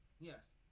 Yes